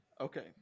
Okay